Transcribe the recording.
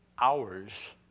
hours